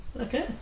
Okay